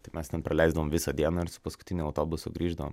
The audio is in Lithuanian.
taip mes ten praleisdavom visą dieną ir su paskutiniu autobusu grįždavom